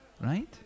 right